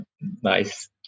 nice